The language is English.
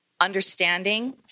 understanding